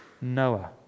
Noah